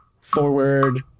Forward